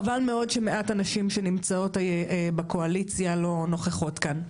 חבל למאוד שמעט הנשים שנמצאות בקואליציה לא נוכחות כאן,